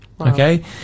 Okay